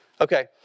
Okay